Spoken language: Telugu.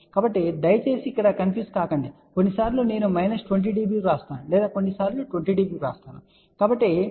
కాబట్టి దయచేసి గందరగోళం చెందకండి కొన్నిసార్లు నేను మైనస్ 20 dB వ్రాస్తాను లేదా కొన్నిసార్లు 20 dB వ్రాస్తాను